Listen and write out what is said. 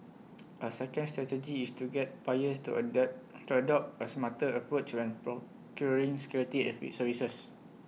A second strategy is to get buyers to adapt to adopt A smarter approach when procuring security Effie services